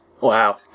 Wow